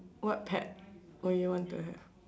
what pet would you want to have